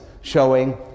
showing